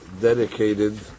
dedicated